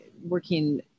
working